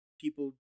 people